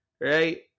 Right